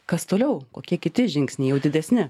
kas toliau kokie kiti žingsniai jau didesni